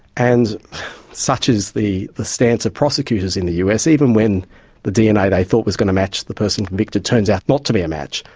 and such is the the stance of prosecutors in the us, even when the dna they thought was going to match the person convicted turns out not to be a match,